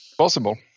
possible